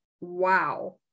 wow